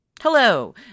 Hello